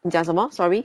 你讲什么 sorry